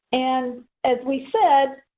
and as we said,